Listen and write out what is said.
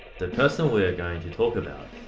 the person we are going to talk about.